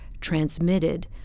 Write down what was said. transmitted